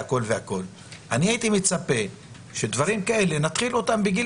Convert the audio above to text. הייתי מצפה שדברים כאלה נתחיל בגיל